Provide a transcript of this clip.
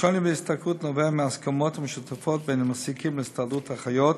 השוני בהשתכרות נובע מההסכמות המשותפות בין המעסיקים להסתדרות האחיות,